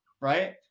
right